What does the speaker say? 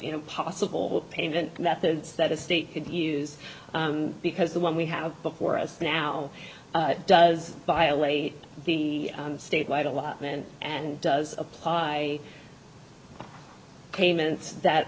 you know possible payment methods that a state could use because the one we have before us now does violate the state wide allotment and does apply payments that